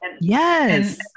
yes